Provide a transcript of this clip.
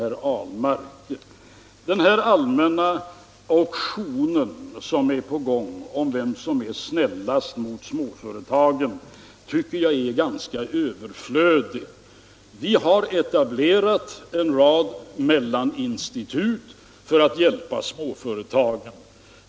Jag tycker att den allmänna auktion som är på gång om vem som är snällast mot småföretagen är ganska överflödig. Vi har etablerat en rad mellanhandsinstitut för att hjälpa småföretagen.